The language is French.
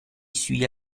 suis